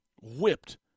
whipped